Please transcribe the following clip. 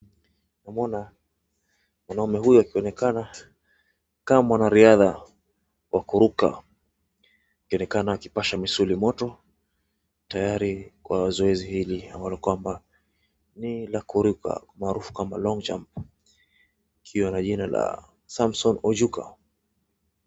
Namuona mwanaume huyo akionekana kama mwanariadha wa kuruka. Akionekana akipasha misuli moto tayari kwa zoezi hili ambalo kwamba ni la kuruka maarufu kama long jump . Akiwa na jina la Samson Ojuka.